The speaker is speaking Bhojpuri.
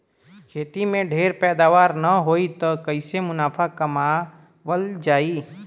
खेती में ढेर पैदावार न होई त कईसे मुनाफा कमावल जाई